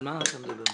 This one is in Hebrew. על מה אתה מדבר?